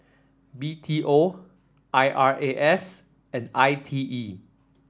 B T O I R A S and I T E